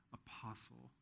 apostle